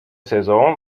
saison